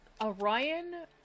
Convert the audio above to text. Orion